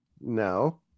No